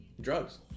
Drugs